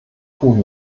tun